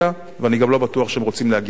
ואני גם לא בטוח שהם רוצים להגיע לטורקיה.